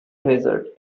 desert